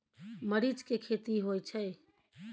मरीच के खेती होय छय?